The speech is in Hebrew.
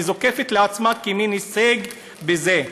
והיא זוקפת לעצמה מין הישג בזה,